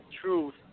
truth